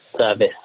service